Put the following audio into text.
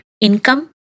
income